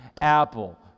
apple